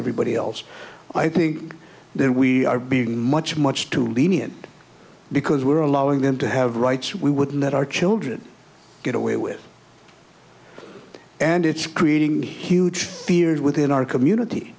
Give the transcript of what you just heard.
everybody else i think that we are being much much too lenient because we're allowing them to have rights we would let our children get away with it and it's creating huge fears within our community